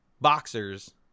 boxers